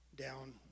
down